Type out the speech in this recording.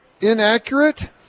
inaccurate